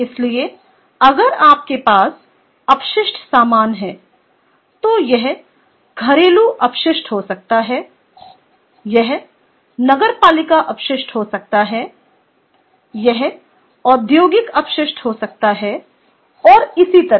इसलिए अगर आपके पास अपशिष्ट सामान है तो यह घरेलू अपशिष्ट हो सकता है यह नगरपालिका अपशिष्ट हो सकता है यह औद्योगिक अपशिष्ट हो सकता है और इसी तरह